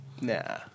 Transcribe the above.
Nah